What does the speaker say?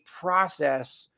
process